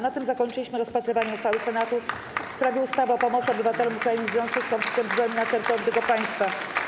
Na tym zakończyliśmy rozpatrywanie uchwały Senatu w sprawie ustawy o pomocy obywatelom Ukrainy w związku z konfliktem zbrojnym na terytorium tego państwa.